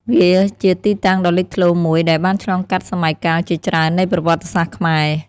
វាជាទីតាំងដ៏លេចធ្លោមួយដែលបានឆ្លងកាត់សម័យកាលជាច្រើននៃប្រវត្តិសាស្ត្រខ្មែរ។